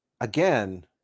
again